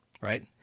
right